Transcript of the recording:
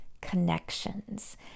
connections